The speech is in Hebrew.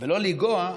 ולא לנגוע,